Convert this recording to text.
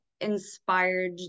inspired